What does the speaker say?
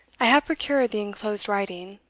i have procured the enclosed writing,